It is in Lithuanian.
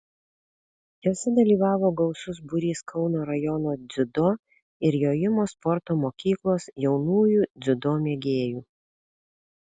jose dalyvavo gausus būrys kauno rajono dziudo ir jojimo sporto mokyklos jaunųjų dziudo mėgėjų